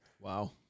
Wow